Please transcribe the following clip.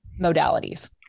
modalities